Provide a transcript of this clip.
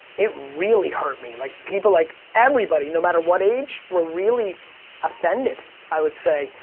it really hurt me. like people like, everybody no matter what age were really offended i would say.